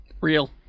Real